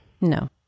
No